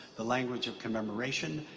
the language of commemoration,